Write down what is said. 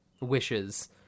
wishes